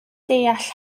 deall